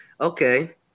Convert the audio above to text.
okay